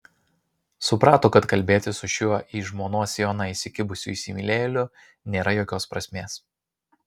suprato kad kalbėtis su šiuo į žmonos sijoną įsikibusiu įsimylėjėliu nėra jokios prasmės